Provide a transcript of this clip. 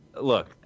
look